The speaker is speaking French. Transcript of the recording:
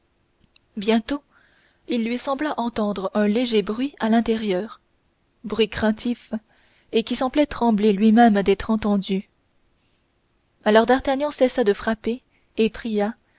bientôt il lui sembla entendre un léger bruit intérieur bruit craintif et qui semblait trembler lui-même d'être entendu alors d'artagnan cessa de frapper et pria